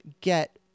get